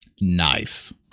Nice